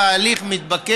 ה-process, ככה ההליך מתבקש.